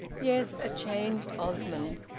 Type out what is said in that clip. yes, a changed osmond!